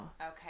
okay